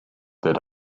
that